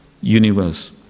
universe